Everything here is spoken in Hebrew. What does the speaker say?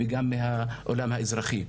וגם מהעולם האזרחי.